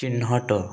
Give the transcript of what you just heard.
ଚିହ୍ନଟ